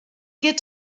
get